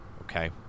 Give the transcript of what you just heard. okay